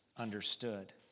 understood